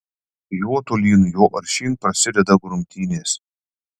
juo tolyn tuo aršyn prasideda grumtynės